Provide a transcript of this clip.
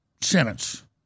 sentence